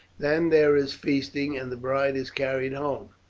then there is feasting, and the bride is carried home,